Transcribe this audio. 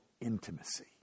intimacy